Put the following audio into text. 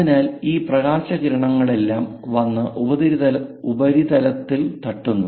അതിനാൽ ഈ പ്രകാശകിരണങ്ങളെല്ലാം വന്ന് ഉപരിതലത്തിൽ തട്ടുന്നു